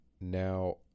now